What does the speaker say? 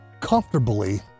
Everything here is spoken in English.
comfortably